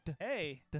Hey